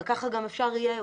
וכך גם אפשר יהיה,